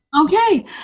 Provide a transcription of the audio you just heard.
Okay